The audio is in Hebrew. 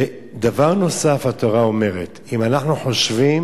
דבר נוסף התורה אומרת: אם אנחנו חושבים